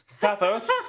pathos